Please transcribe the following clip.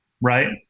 Right